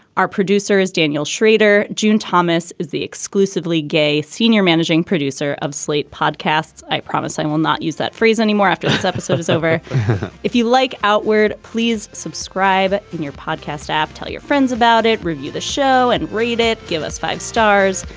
our producer is daniel schrader. june thomas is the exclusively gay senior managing producer of slate podcasts. i promise i will not use that phrase anymore after this episode is over if you like outward, please subscribe in your podcast app. tell your friends about it. review the show and read it. give us five stars.